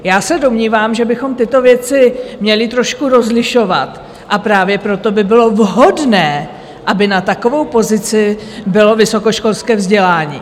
Já se domnívám, že bychom tyto věci měli trošku rozlišovat, a právě proto by bylo vhodné, aby na takovou pozici bylo vysokoškolské vzdělání.